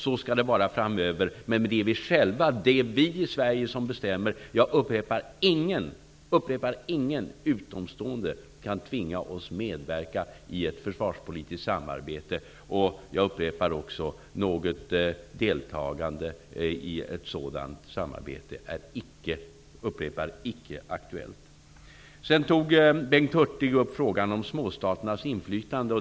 Så skall det vara framöver. Men det är vi själva, vi i Sverige, som bestämmer. Ingen utomstående -- ingen -- kan tvinga oss medverka i ett försvarspolitiskt samarbete. Något deltagande i ett sådant samarbete är icke -- jag upprepar, icke -- Bengt Hurtig tog upp frågan om småstaternas inflytande.